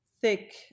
thick